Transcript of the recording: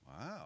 Wow